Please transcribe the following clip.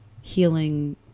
healing